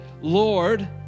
Lord